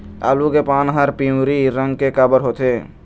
आलू के पान हर पिवरी रंग के काबर होथे?